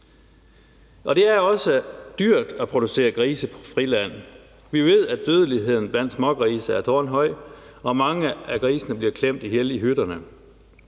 Det er også dyrt at producere grise på friland. Vi ved, at dødeligheden blandt smågrise er tårnhøj og mange af grisene bliver klemt ihjel i hytterne.